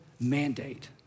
mandate